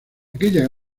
aquella